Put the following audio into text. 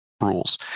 rules